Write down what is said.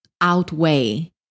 outweigh